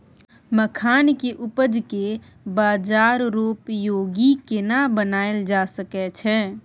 मखान के उपज के बाजारोपयोगी केना बनायल जा सकै छै?